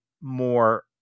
more